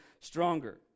stronger